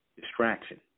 distraction